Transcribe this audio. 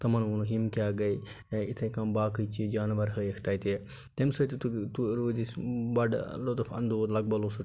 تِمن وونُکھ یِم کیٛاہ گٔے یا یِتھَے کٔنۍ باقٕے چیٖز جانور ہٲیِکھ تَتہِ تَمہِ سۭتۍ تہِ رود أسۍ بَڑٕ لُطف اندوز لگ بگ اوس سُہ